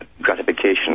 gratification